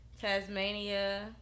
Tasmania